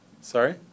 Sorry